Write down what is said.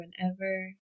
Whenever